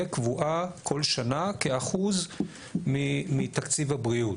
קבועה כל שנה כ-1% מתקציב הבריאות.